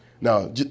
Now